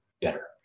better